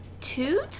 two